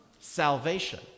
salvation